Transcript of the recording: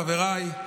חבריי,